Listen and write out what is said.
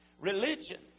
Religion